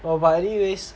but anyways